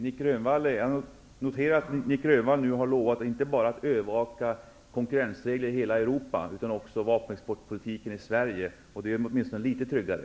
Fru talman! Jag noterar att Nic Grönvall nu har lovat inte bara att övervaka konkurrensregler i hela Europa, utan också vapenexportpolitiken i Sverige, och det gör mig åtminstone litet tryggare.